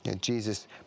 Jesus